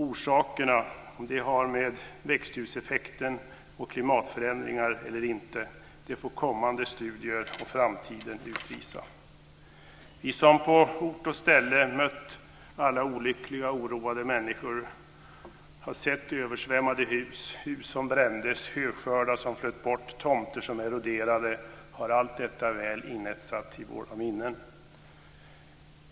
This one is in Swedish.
Orsakerna, om de har med växthuseffekt och klimatförändringar att göra eller inte, får kommande studier och framtiden utvisa. Vi som på ort och ställe har mött alla olyckliga och oroade människor, sett översvämmade hus, hus som brändes, höskördar som flöt bort, tomter som eroderade, har allt detta väl inetsat i våra minnen.